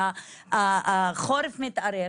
שהחורף מתארך